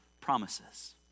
promises